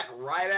right